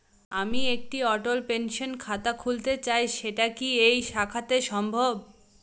আমি একটি অটল পেনশন খাতা খুলতে চাই সেটা কি এই শাখাতে সম্ভব?